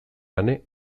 ane